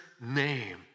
name